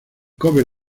cover